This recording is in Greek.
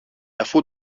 αφού